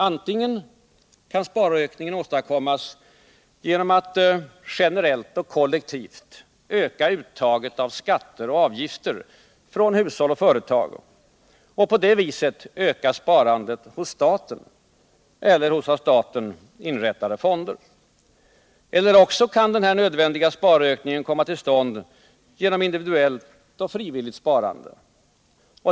Antingen kan sparökningen åstadkommas genom att man generellt och kollektivt ökar uttaget av skatter och avgifter från hushåll och företag och på det viset ökar sparandet hos staten eller hos av staten inrättade fonder, eller också kan den nödvändiga sparökningen komma till stånd genom individuellt och frivilligt sparande.